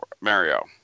Mario